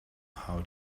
how